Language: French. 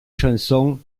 chansons